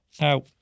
Now